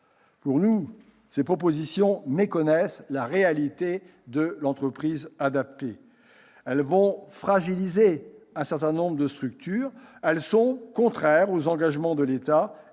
d'euros. Ces propositions non seulement méconnaissent la réalité de l'entreprise adaptée, mais vont fragiliser un certain nombre de structures et sont contraires aux engagements de l'État